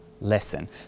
lesson